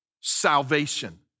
salvation